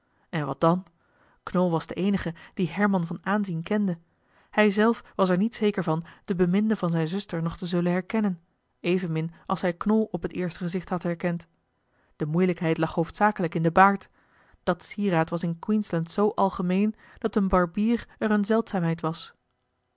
en wat dan knol was de eenige die herman van aanzien kende hij zelf was er niet zeker van den beminde van zijne zuster nog te zullen herkennen evenmin als hij knol op het eerste gezicht had herkend de moeilijkheid lag hoofdzakelijk in den baard dat sieraad was in queensland zoo algemeen dat een barbier er eene zeldzaamheid was